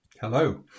Hello